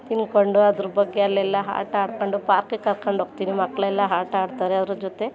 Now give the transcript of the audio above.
ತಿಂದ್ಕೊಂಡು ಅದ್ರ ಬಗ್ಗೆ ಅಲ್ಲೆಲ್ಲ ಆಟ ಆಡ್ಕೊಂಡು ಪಾರ್ಕಿಗೆ ಕರ್ಕಂಡೋಗ್ತೀನಿ ಮಕ್ಕಳೆಲ್ಲ ಆಟಾಡ್ತಾರೆ ಅವರ ಜೊತೆ